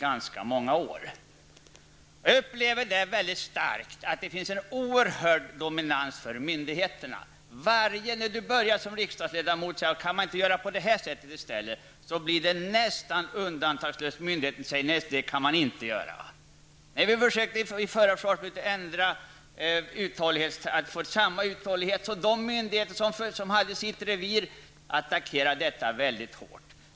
Jag upplever väldigt starkt att myndigheterna har en oerhörd dominans. När man som riksdagsledamot frågar sig om man inte kan göra på ett annat sätt än det vanliga, säger myndigheterna nästan undantagslöst att, nej, det kan man inte göra. I samband med förra försvarsbeslutet försökte vi få till stånd en ändring i fråga om uthålligheten, men de myndigheter som hade denna fråga inom sitt revir attackerade då vårt förslag mycket hårt.